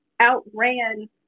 outran